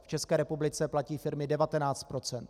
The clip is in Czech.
V České republice platí firmy 19 %.